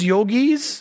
Yogis